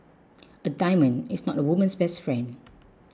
a diamond is not a woman's best friend